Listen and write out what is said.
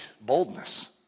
boldness